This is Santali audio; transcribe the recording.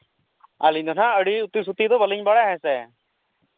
ᱟᱹᱞᱤᱧ ᱫᱚ ᱱᱟᱦᱟᱜ ᱟᱹᱰᱤ ᱩᱛᱤ ᱥᱩᱛᱤ ᱫᱚ ᱦᱟᱸᱜ ᱵᱟᱞᱤᱧ ᱵᱟᱲᱟᱭᱟ ᱦᱮᱸ ᱥᱮ